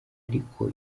ariko